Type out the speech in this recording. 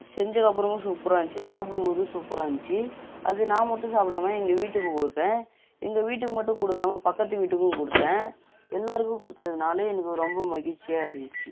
செஞ்சதுக்கப்புறமாவும் சூப்பராக இருந்துச்சு சாப்பிடும் போது சூப்பராக இருந்துச்சு அது நான் மட்டும் சாப்பிடாம எங்கள் வீட்டுக்கு கொடுப்பேன் எங்கள் வீட்டுக்கு மட்டும் கொடுக்காம பக்கத்து வீட்டுக்கும் கொடுத்தேன் எல்லோருக்கும் கொடுத்ததுனால எனக்கு ரொம்ப மகிழ்ச்சியாக இருந்துச்சு